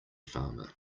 farmer